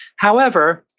however,